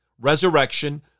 resurrection